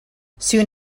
soon